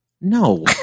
No